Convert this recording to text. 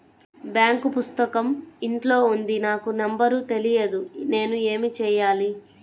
Bank పుస్తకం ఇంట్లో ఉంది నాకు నంబర్ తెలియదు నేను ఏమి చెయ్యాలి?